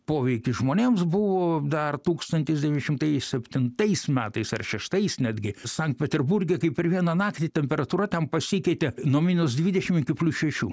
poveikį žmonėms buvo dar tūkstantis devyni šimtai septintais metais ar šeštais netgi sankt peterburge kai per vieną naktį temperatūra ten pasikeitė nuo minus dvidešimt iki plius šešių